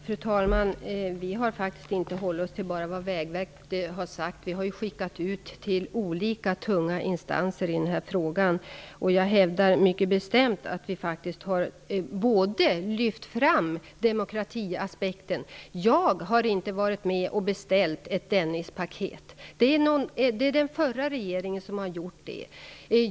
Fru talman! Vi har inte enbart hållit oss till vad Vägverket har sagt. Vi har skickat ut remiss till olika, tunga instanser i den här frågan. Jag hävdar mycket bestämt att vi har lyft fram demokratiaspekten. Jag har inte beställt ett Dennispaket. Det var den förra regeringen som gjorde det.